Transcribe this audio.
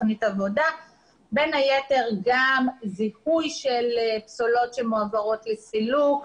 תוכנית עבודה ובין היתר גם זיכוי של פסולות שמועברות לסילוק,